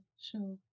sure